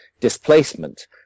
displacement